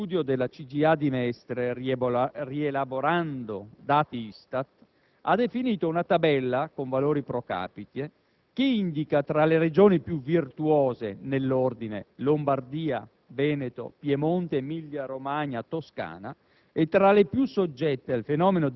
Sul lavoro nero uno studio della CGIA di Mestre, rielaborando dati ISTAT, ha definito una tabella, con valori *pro capite*, che indica tra le Regioni più virtuose, nell'ordine, Lombardia, Veneto, Piemonte, Emilia-Romagna e Toscana